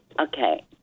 Okay